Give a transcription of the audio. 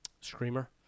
Screamer